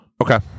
Okay